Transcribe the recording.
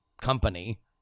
company